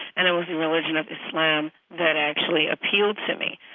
and it was the religion of islam that actually appealed to me.